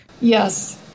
Yes